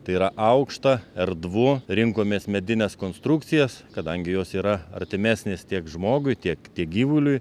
tai yra aukšta erdvu rinkomės medines konstrukcijas kadangi jos yra artimesnės tiek žmogui tiek kiek gyvuliui